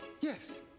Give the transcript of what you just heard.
Yes